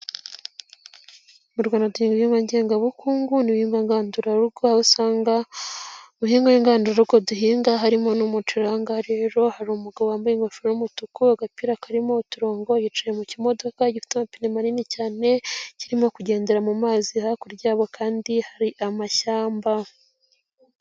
Mu Rwanda duhinga ibihingwa ngengabukungu n'bihingwa ngandurarugo, aho asanga mu bihingwa ngandurarugo duhinga harimo n'umucuri, aha ngaha rero hari umugabo wambaye ingofero y'umutuku, agapira karimo uturongo, yicaye mu kimodoka gifite amapine manini cyane kirimo kugendera mu mazi, hakurya yabo kandi hari amashyamba.